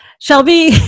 Shelby